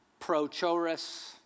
Prochorus